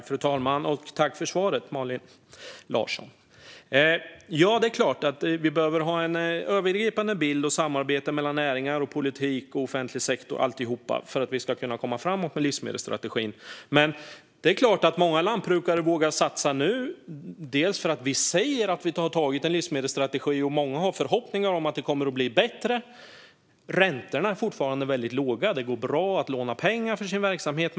Fru talman! Jag tackar Malin Larsson för svaret. Det är klart att vi behöver ha en övergripande bild och samarbete mellan näringar, politik och offentlig sektor - alltihop - för att vi ska kunna komma framåt med livsmedelsstrategin. Många lantbrukare vågar satsa nu bland annat för att vi säger att vi har antagit en livsmedelsstrategi, och många har förhoppningar om att det kommer att bli bättre. Räntorna är fortfarande mycket låga, och det går bra att låna pengar för sin verksamhet.